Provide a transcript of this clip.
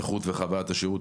איכות וחווית השירות.